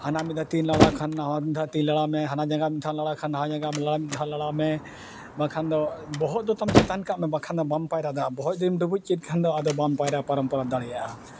ᱦᱟᱱᱟ ᱢᱤᱫ ᱫᱷᱟᱣ ᱛᱤ ᱠᱷᱟᱱ ᱱᱟᱣᱟ ᱢᱤᱫ ᱫᱷᱟᱣ ᱛᱤ ᱞᱟᱲᱟᱣᱢᱮ ᱦᱟᱱᱟ ᱡᱟᱸᱜᱟ ᱢᱤᱫ ᱫᱷᱟᱣ ᱞᱟᱲᱟᱣ ᱠᱷᱟᱱ ᱱᱟᱣᱟ ᱡᱟᱸᱜᱟ ᱢᱤᱫ ᱫᱷᱟᱣ ᱞᱟᱲᱟᱣ ᱢᱮ ᱵᱟᱠᱷᱟᱱ ᱫᱚ ᱵᱚᱦᱚᱜ ᱫᱚ ᱛᱟᱢ ᱪᱮᱛᱟᱱ ᱠᱟᱜ ᱢᱮ ᱵᱟᱠᱷᱟᱱ ᱫᱚ ᱵᱟᱢ ᱯᱟᱭᱨᱟ ᱫᱟᱲᱮᱭᱟᱜᱼᱟ ᱵᱚᱦᱚᱜ ᱡᱩᱫᱤᱢ ᱰᱩᱵᱩᱡ ᱠᱮᱫ ᱠᱷᱟᱱ ᱫᱚ ᱟᱫᱚ ᱵᱟᱢ ᱯᱟᱭᱨᱟ ᱯᱟᱨᱚᱢ ᱯᱟᱨᱚᱢ ᱫᱟᱲᱮᱭᱟᱜᱼᱟ